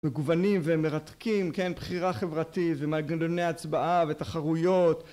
מגוונים ומרתקים, כן, בחירה חברתית, ומנגנוני הצבעה, ותחרויות